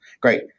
Great